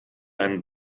einen